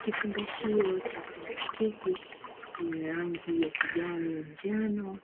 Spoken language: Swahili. Kifungashio cha plastiki chenye rangi ya kijani, njano